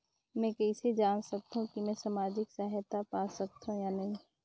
मै कइसे जान सकथव कि मैं समाजिक सहायता पा सकथव या नहीं?